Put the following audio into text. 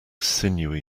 sinewy